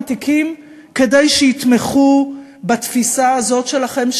תיקים כדי שיתמכו בתפיסה הזאת שלכם,